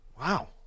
Wow